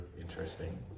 interesting